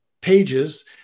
pages